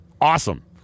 awesome